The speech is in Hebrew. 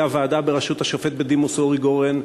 הוועדה בראשות השופט בדימוס אורי גורן,